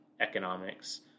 economics